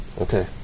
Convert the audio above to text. Okay